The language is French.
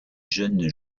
jeunes